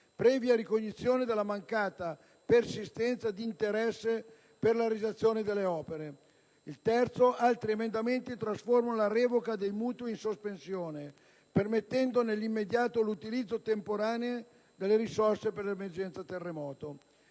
previa ricognizione della mancata persistenza di interesse per la realizzazione delle opere. Altri emendamenti trasformano la revoca dei mutui in "sospensione" permettendo nell'immediato l'utilizzo temporaneo delle risorse per l'emergenza terremoto.